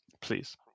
please